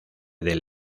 del